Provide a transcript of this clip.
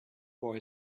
boy